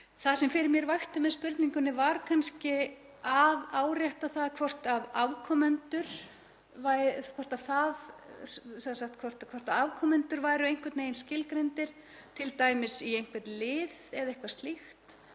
Það sem fyrir mér vakti með spurningunni var kannski að árétta það hvort afkomendur væru einhvern veginn skilgreindir, t.d. í einhvern lið eða eitthvað slíkt,